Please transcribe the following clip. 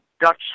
Dutch